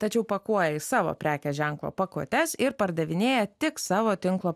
tačiau pakuoja savo prekės ženklo pakuotes ir pardavinėja tik savo tinklo